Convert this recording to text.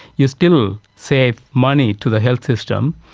you still save money to the health system.